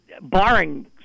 barring